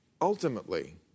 ultimately